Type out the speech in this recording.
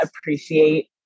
appreciate